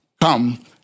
Come